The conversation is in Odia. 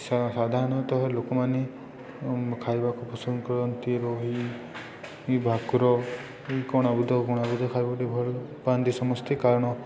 ସାଧାରଣତଃ ଲୋକମାନେ ଖାଇବାକୁ ପସନ୍ଦ କରନ୍ତି ରୋହି ଭାକୁର ଏ ଖାଇବାକୁ ଭଲ ପାଆନ୍ତି ସମସ୍ତେ କାରଣ